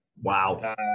Wow